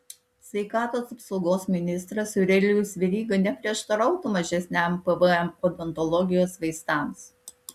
sveikatos apsaugos ministras aurelijus veryga neprieštarautų mažesniam pvm odontologijos vaistams